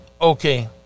okay